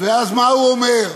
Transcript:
ואז, מה הוא אומר?